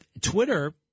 Twitter